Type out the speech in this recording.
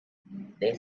they